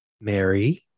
Mary